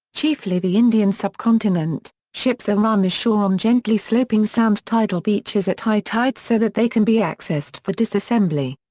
chiefly the indian subcontinent, ships are run ashore on gently sloping sand tidal beaches at high tide so that they can be accessed for disassembly.